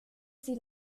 sie